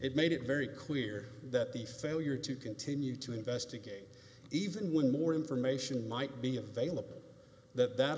it made it very clear that the failure to continue to investigate even when more information might be available that